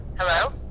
Hello